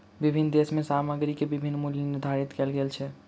विभिन्न देश में सामग्री के विभिन्न मूल्य निर्धारित कएल गेल